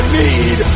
need